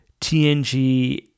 TNG